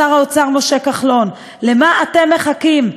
שר האוצר משה כחלון: למה אתם מחכים?